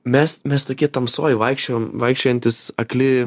mes mes tokie tamsoj vaikščiojom vaikščiojantys akli